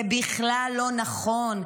זה בכלל לא נכון.